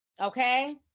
okay